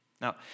Now